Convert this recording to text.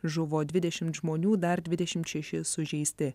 žuvo dvidešimt žmonių dar dvidešimt šeši sužeisti